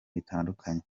bitandukanye